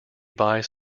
buys